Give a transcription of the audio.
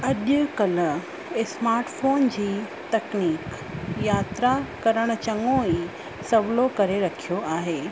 अॼुकल्ह smart phone जी तकनीक यात्रा करणु चङो ई सवलो करे रखियो आहे